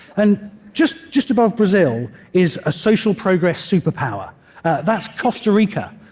and just just above brazil is a social progress superpower that's costa rica.